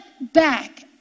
back